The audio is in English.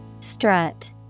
Strut